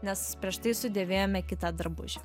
nes prieš tai sudėvėjome kitą drabužį